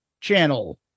channel